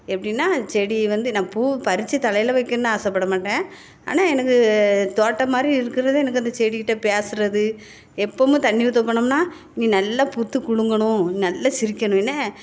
எப்படின்னா அது செடி வந்து நான் பூ பறித்து தலையில் வைக்கணும்னு ஆசைப்பட மாட்டேன் ஆனால் எனக்கு தோட்டம் மாதிரி இருக்கிறது எனக்கு அந்த செடிக் கிட்டே பேசுகிறது எப்பவும் தண்ணி ஊற்றப் போனோம்னால் நீ நல்லா பூத்து குலுங்கணும் நீ நல்ல சிரிக்கணும் என்ன